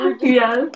Yes